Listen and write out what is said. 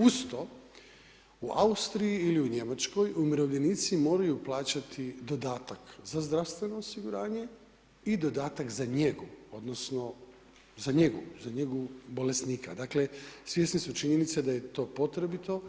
Uz to, u Austriji ili u Njemačkoj umirovljenici moraju plaćati dodatak za zdravstveno osiguranje i dodatak za njegu, za njegu bolesnika, dakle svjesni su činjenica da je to potrebito